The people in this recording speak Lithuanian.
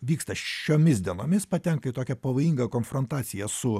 vyksta šiomis dienomis patenka į tokią pavojingą konfrontaciją su